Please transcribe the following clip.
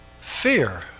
fear